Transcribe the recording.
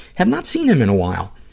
have not seen him in a while.